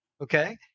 okay